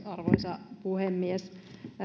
arvoisa puhemies